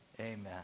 Amen